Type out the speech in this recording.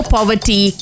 Poverty